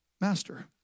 master